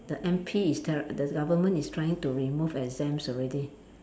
the M_P is the the government is trying to remove exams already